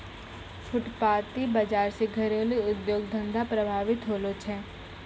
फुटपाटी बाजार से घरेलू उद्योग धंधा प्रभावित होलो छै